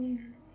mm